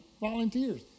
volunteers